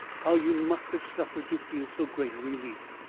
how you must have suffered to feel so great a relief!